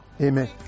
Amen